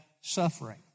suffering